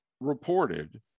reported